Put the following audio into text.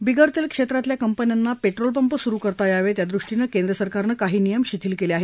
बिगरतेल क्षेत्रातल्या कंपन्यांना पेट्रोलपंप सुरु करता यावेत यादृष्टीनं केंद्रसरकारनं काही नियम शिथिल केले आहेत